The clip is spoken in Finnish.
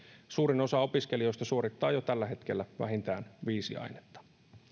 suurin osa opiskelijoista suorittaa jo tällä hetkellä vähintään viisi ainetta